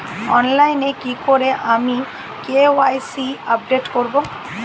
অনলাইনে কি করে আমি কে.ওয়াই.সি আপডেট করব?